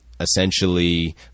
Essentially